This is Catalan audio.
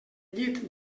llit